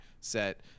set